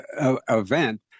event